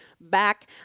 back